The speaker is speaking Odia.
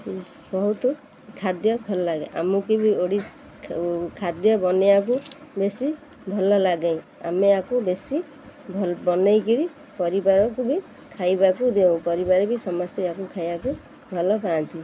ବହୁତ ଖାଦ୍ୟ ଭଲ ଲାଗେ ଆମୁକୁ ବି ଓଡ଼ିଶା ଖାଦ୍ୟ ବନାଇବାକୁ ବେଶୀ ଭଲ ଲାଗେ ଆମେ ୟାକୁ ବେଶୀ ବନେଇକିରି ପରିବାରକୁ ବି ଖାଇବାକୁ ଦେଉଁ ପରିବାର ବି ସମସ୍ତେ ୟାକୁ ଖାଇବାକୁ ଭଲ ପାଆନ୍ତି